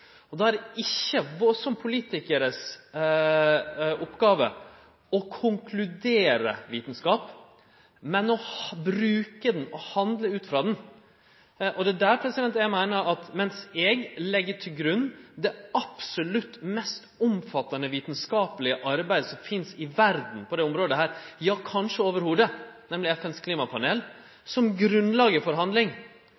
Det er ikkje vår oppgåve som politikarar å konkludere vitskap, men å bruke han og handle ut frå han. Der meiner eg at mens eg legg til grunn det absolutt mest omfattande vitskapelege arbeidet som finst i verda på dette området, ja kanskje i det heile, nemleg FNs klimapanel,